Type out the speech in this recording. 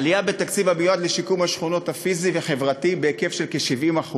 עלייה בתקציב המיועד לשיקום שכונות פיזי וחברתי בהיקף של כ-70%,